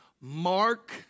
Mark